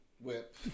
Whip